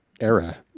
era